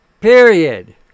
period